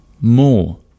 more